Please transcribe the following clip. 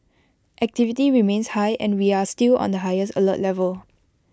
activity remains high and we are still on the highest alert level